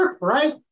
right